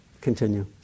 continue